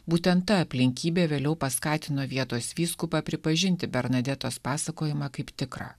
būtent ta aplinkybė vėliau paskatino vietos vyskupą pripažinti bernadetos pasakojimą kaip tikrą